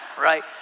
Right